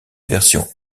version